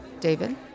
David